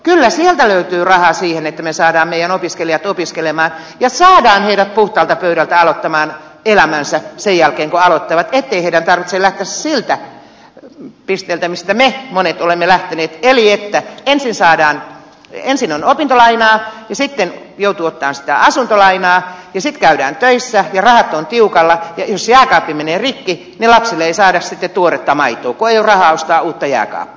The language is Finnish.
kyllä sieltä löytyy rahaa siihen että me saamme meidän opiskelijamme opiskelemaan ja saamme heidät puhtaalta pöydältä aloittamaan elämänsä sen jälkeen kun aloittavat ettei heidän tarvitse lähteä siitä pisteestä mistä me monet olemme lähteneet eli siitä että ensin on opintolainaa sitten joutuu ottamaan sitä asuntolainaa ja sitten käydään töissä ja rahat on tiukalla ja jos jääkaappi menee rikki niin lapsille ei saada sitten tuoretta maitoa kun ei ole rahaa ostaa uutta jääkaappia